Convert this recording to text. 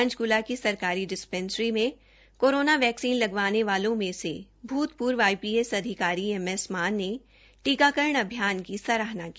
पंचकला की सरकारी डिस्पेंसरी में कोराना वैक्सीन लगवानें वालो में से भूतपुर्व आईपीएस अधिकारी एमएस मान ने टीकाकरण अभियान की सराहना की